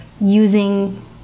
using